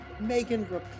Megan